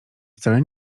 wcale